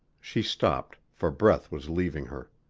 she stopped, for breath was leaving her.